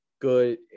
good